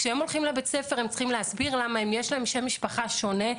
כשהם הולכים לבית הספר הם צריכים להסביר למה יש להם שם משפחה שונה.